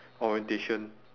orientation